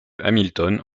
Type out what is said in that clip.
hamilton